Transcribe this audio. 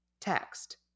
text